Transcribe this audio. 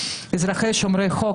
אזרחים שומרי חוק ,